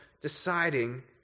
deciding